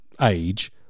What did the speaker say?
age